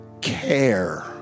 care